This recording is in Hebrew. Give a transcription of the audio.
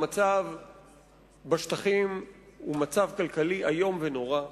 המצב בשטחים הוא מצב כלכלי איום ונורא,